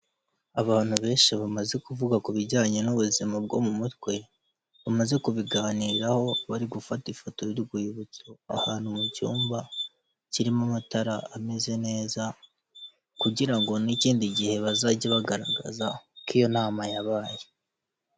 Abantu benshi bamaze kuvuga ku bijyanye n'ubuzima bwo mu mutwe ,bamaze kubiganiraho bari gufata ifoto y'urwibutso .Ahantu mu cyumba kirimo amatara ameze neza, kugira ngo n'ikindi gihe bazajye bagaragaza uko iyo nama yabaye.